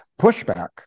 pushback